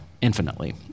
infinitely